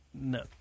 No